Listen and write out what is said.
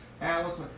Alice